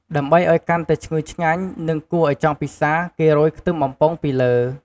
ដើម្បីឱ្យកាន់តែឈ្ងុយឆ្ងាញ់ និងគួរឱ្យចង់ពិសា គេរោយខ្ទឹមបំពងពីលើ។